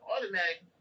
automatic